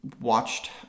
watched